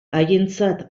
haientzat